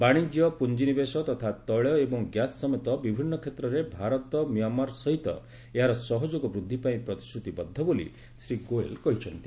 ବାଣିଜ୍ୟ ପୁଞ୍ଜିନିବେଶ ତଥା ତୈଳ ଏବଂ ଗ୍ୟାସ୍ ସମେତ ବିଭିନ୍ନ କ୍ଷେତ୍ରରେ ଭାରତ ମ୍ୟାମାର ସହିତ ଏହାର ସହଯୋଗ ବୃଦ୍ଧି ପାଇଁ ପ୍ରତିଶୃତିବଦ୍ଧ ବୋଲି ଶ୍ରୀ ଗୋୟଲ କହିଚ୍ଚନ୍ତି